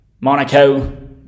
monaco